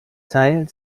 teil